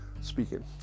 Speaking